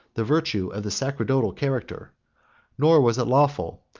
the virtue of the sacerdotal character nor was it lawful,